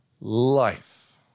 Life